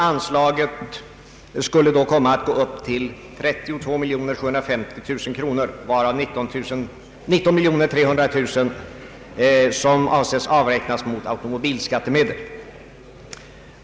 Anslaget skulle då komma att gå upp till 32 750 000 kronor, varav 19 300 000 kronor avses att avräknas mot automobilskattemedel.